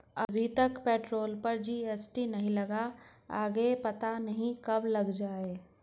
अभी तक तो पेट्रोल पर जी.एस.टी नहीं लगा, आगे पता नहीं कब लग जाएं